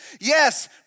Yes